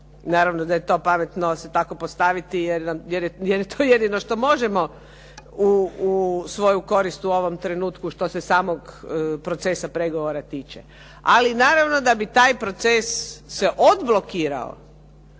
Naravno da je to pametno se tako postaviti jer je to jedino što možemo u svoju korist u ovom trenutku što se samog procesa pregovora tiče. Ali naravno, da bi taj proces se odblokirao